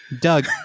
doug